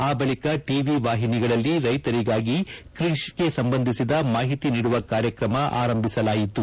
ಆ ಬಳಿಕ ಟಿವಿ ವಾಹಿನಿಗಳಲ್ಲಿ ರೈತರಿಗಾಗಿ ಕೃಷಿ ಸಂಬಂಧಿಸಿದ ಮಾಹಿತಿ ನೀಡುವ ಕಾರ್ಯಕ್ರಮ ಆರಂಭಿಸಲಾಯಿತು